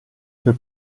per